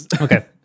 Okay